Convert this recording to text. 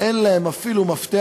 אין להם אפילו מפתח,